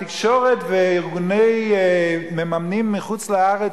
התקשורת וארגוני מממנים מחוץ-לארץ,